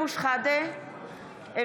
אינה נוכחת סמי אבו שחאדה,